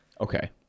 okay